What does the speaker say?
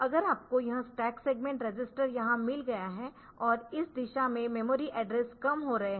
अगर आपको यह स्टैक सेगमेंट रजिस्टर यहाँ मिल गया है और इस दिशा में मेमोरी एड्रेस कम हो रहे है